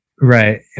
Right